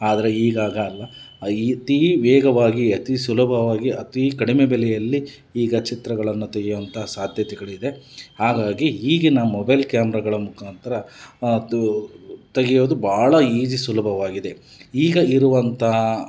ಆದರೆ ಈಗ ಆಗಲ್ಲ ಅತೀ ವೇಗವಾಗಿ ಅತೀ ಸುಲಭವಾಗಿ ಅತೀ ಕಡಿಮೆ ಬೆಲೆಯಲ್ಲಿ ಈಗ ಚಿತ್ರಗಳನ್ನು ತೆಗೆಯುವಂತಹ ಸಾಧ್ಯತೆಗಳು ಇದೆ ಹಾಗಾಗಿ ಈಗಿನ ಮೊಬೈಲ್ ಕ್ಯಾಮ್ರಗಳ ಮುಖಾಂತರ ಅದು ತೆಗೆಯೋದು ಭಾಳ ಈಸಿ ಸುಲಭವಾಗಿದೆ ಈಗ ಇರುವಂಥ